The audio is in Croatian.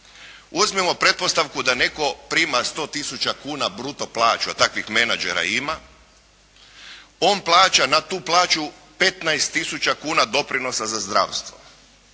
Uzmimo pretpostavku da netko prima 100 tisuća kuna bruto plaću, a takvih menadžera ima, on plaća na tu plaću 15 tisuća kuna doprinosa za zdravstvo.